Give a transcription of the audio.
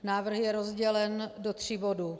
Návrh je rozdělen do tří bodů.